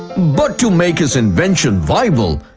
but to make his invention viable?